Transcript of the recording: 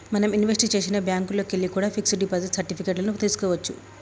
మనం ఇన్వెస్ట్ చేసిన బ్యేంకుల్లోకెల్లి కూడా పిక్స్ డిపాజిట్ సర్టిఫికెట్ లను తీస్కోవచ్చు